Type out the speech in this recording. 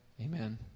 Amen